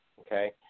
okay